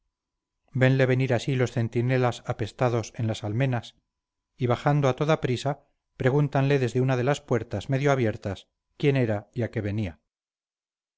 venle venir así los centinelas apestados en las almenas y bajando a toda prisa pregúntanle desde una de las puertas medio abiertas quién era y a qué venía